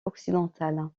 occidentale